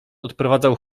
odprowadzał